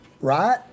Right